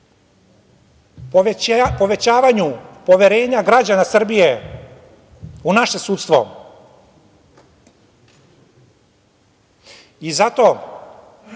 povećavanju poverenja građana Srbije u naše sudstvo. Zato